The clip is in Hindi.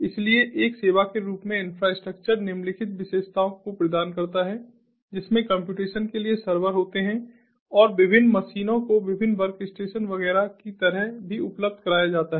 इसलिए एक सेवा के रूप में इन्फ्रास्ट्रक्चर निम्नलिखित विशेषताओं को प्रदान करता है जिसमें कम्प्यूटेशन के लिए सर्वर होते हैं और विभिन्न मशीनों को विभिन्न वर्कस्टेशन वगैरह की तरह भी उपलब्ध कराया जाता है